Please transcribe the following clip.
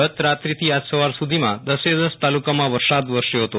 ગત રાત્રીથી આજે સવાર સુધીમાં દસે દસ તાલુકામાં વરસાદ વરસ્યો હતો